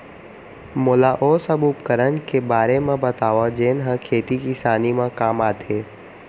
मोला ओ सब उपकरण के बारे म बतावव जेन ह खेती किसानी म काम आथे?